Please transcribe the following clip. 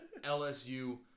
LSU